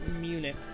Munich